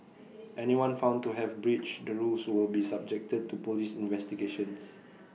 anyone found to have breached the rules will be subjected to Police investigations